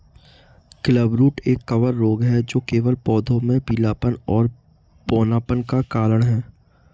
clubroot एक कवक रोग है जो केवल पौधों में पीलापन और बौनापन का कारण है